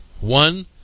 One